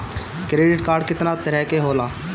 Credit card कितना तरह के होला?